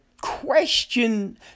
question